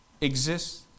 exists